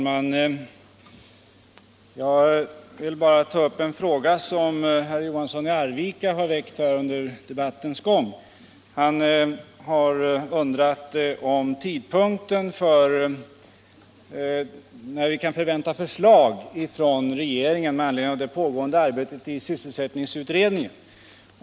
Herr talman! Herr Johansson i Arvika undrade när vi kan vänta ett förslag från regeringen med anledning av det pågående arbetet i sysselsättningsutredningen.